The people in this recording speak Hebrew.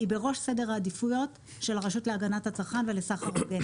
היא בראש סדר העדיפויות של הרשות להגנת הצרכן ולסחר הוגן.